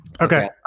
Okay